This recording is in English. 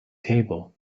table